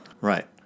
Right